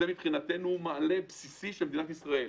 מבחינתנו, זה מענה בסיסי של מדינת ישראל.